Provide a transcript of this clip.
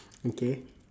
okay